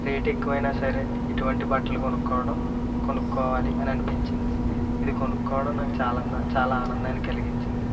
rate ఎక్కువైనా సరే ఇటువంటి బట్టలు కొనుకోవడం కొనుకోవాలి అని అనిపించింది ఇది కొనుకోవడం నాకు చాలా దా చాలా ఆనందాన్ని కలిగించింది